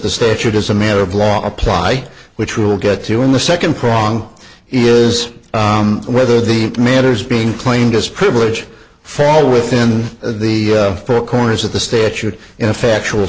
the state should as a matter of law apply which will get to in the second prong is whether the matters being claimed as privilege fell within the four corners of the statute ineffectual